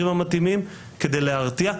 מבקש מאדוני שיתנו להציג את הנתונים